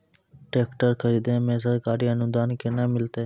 Tractor खरीदै मे सरकारी अनुदान केना मिलतै?